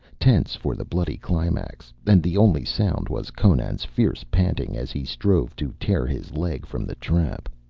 tense for the bloody climax, and the only sound was conan's fierce panting as he strove to tear his leg from the trap.